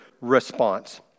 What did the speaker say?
response